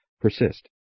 persist